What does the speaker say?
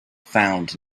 found